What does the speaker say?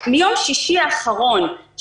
מיום שישי האחרון,